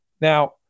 Now